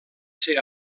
ser